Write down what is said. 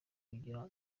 kugira